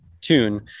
tune